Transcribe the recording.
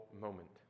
moment